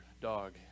dog